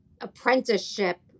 apprenticeship